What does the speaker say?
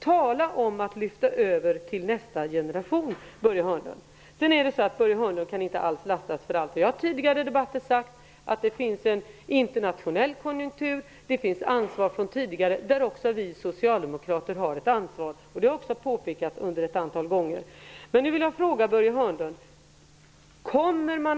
Tala om att lyfta över till nästa generation, Börje Hörnlund! Börje Hörnlund kan inte alls lastas för allting. Jag har i tidigare debatter sagt att det finns en internationell konjunktur och att det finns ansvar från tidigare. Där har också vi socialdemokrater ett ansvar. Det har jag påpekat ett antal gånger.